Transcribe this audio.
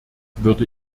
würde